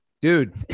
Dude